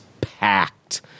packed